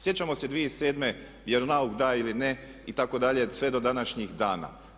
Sjećamo se 2007., vjeronauk da ili ne itd. sve do današnjih dana.